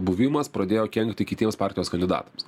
buvimas pradėjo kenkti kitiems partijos kandidatams